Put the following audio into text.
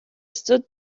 stood